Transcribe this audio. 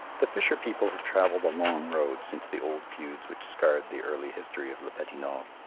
the fisher people have travelled a long road since the old feuds which scarred the early history of le petit nord,